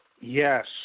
Yes